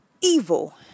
evil